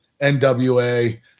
NWA